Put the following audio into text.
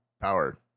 power